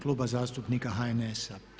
Kluba zastupnika HNS-a.